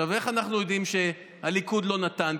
איך אנחנו יודעים שהליכוד לא נתן?